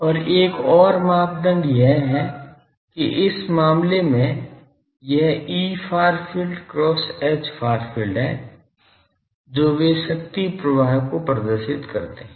और एक और मापदंड यह है कि इस मामले में यह Efar field cross Hfar field है जो वे शक्ति प्रवाह को प्रदर्शित करते हैं